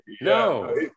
no